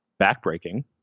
backbreaking